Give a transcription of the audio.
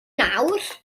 nawr